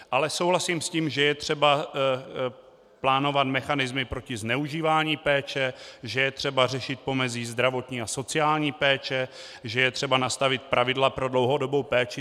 Ale souhlasím s tím, že je třeba plánovat mechanismy proti zneužívání péče, že je třeba řešit pomezí zdravotní a sociální péče, že je třeba nastavit pravidla pro dlouhodobou péči.